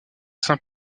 saint